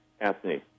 Anthony